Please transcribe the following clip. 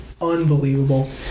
unbelievable